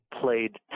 played